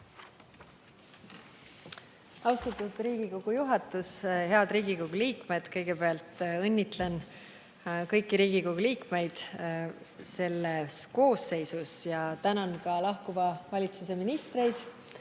Austatud Riigikogu juhatus! Head Riigikogu liikmed! Kõigepealt õnnitlen kõiki Riigikogu liikmeid selles koosseisus ja tänan ka lahkuva valitsuse ministreid.